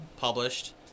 published